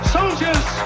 Soldiers